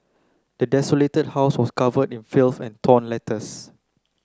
the desolated house was covered in filth and torn letters